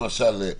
למשל,